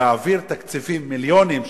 להעביר תקציבים, מיליונים שנשארו,